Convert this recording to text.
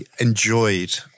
enjoyed